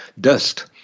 dust